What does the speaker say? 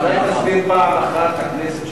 אולי תסביר פעם אחת לכנסת,